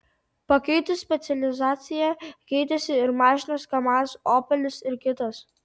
pakeitus specializaciją keitėsi ir mašinos kamaz opelis ir kitos